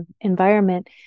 environment